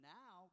now